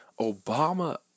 Obama